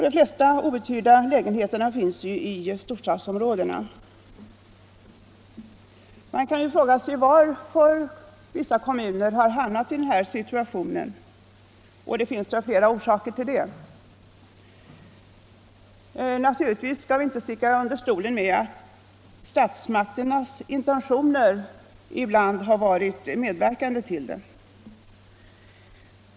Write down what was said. De flesta outhyrda lägenheterna finns i storstadsområdena. Man kan fråga sig varför vissa kommuner har hamnat i den här situationen. Det finns väl flera orsaker till det. Naturligtvis skall vi inte sticka under stol med att statsmakternas intentioner ibland har varit medverkande.